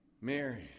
Mary